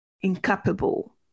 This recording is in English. incapable